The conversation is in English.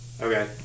Okay